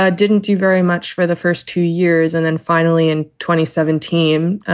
ah didn't do very much for the first two years and then finally in twenty seventeen,